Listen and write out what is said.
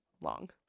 long